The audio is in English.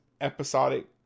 episodic